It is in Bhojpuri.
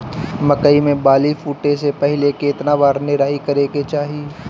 मकई मे बाली फूटे से पहिले केतना बार निराई करे के चाही?